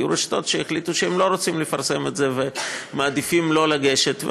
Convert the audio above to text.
היו רשתות שהחליטו שהן לא רוצות לפרסם את זה ומעדיפות לא לגשת.